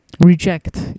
Reject